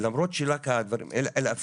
למרות שרק הדברים האלה,